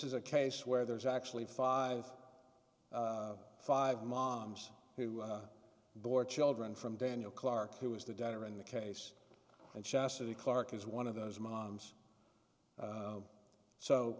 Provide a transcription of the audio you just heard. is a case where there's actually five five moms who bore children from daniel clark who was the daughter in the case and chastity clark is one of those moms so